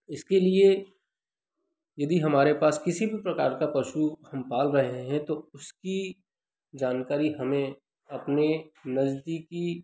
इसके लिए यदि हमारे पास किसी भी प्रकार का पशु हम पाल रहे हैं तो उसकी जानकारी हमें अपने नज़दीकी